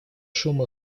шум